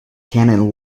canon